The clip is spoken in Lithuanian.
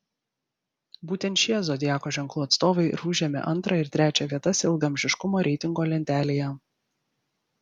būtent šie zodiako ženklų atstovai ir užėmė antrą ir trečią vietas ilgaamžiškumo reitingo lentelėje